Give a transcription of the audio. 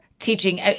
Teaching